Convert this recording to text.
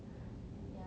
yeah 我懂我懂 python 很